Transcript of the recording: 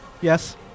Yes